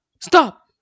Stop